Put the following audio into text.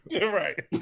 Right